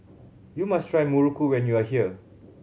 you must try muruku when you are here